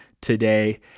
today